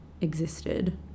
existed